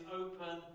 open